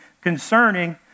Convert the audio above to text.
concerning